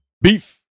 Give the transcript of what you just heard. Beef